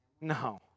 No